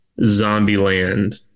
Zombieland